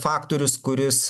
faktorius kuris